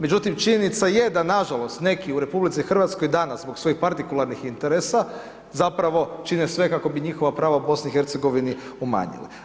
Međutim, činjenica je da na žalost, neki u RH danas zbog svojih partikularnih interesa, zapravo čine sve kako bi njihova prava u BiH umanjili.